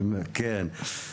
כן.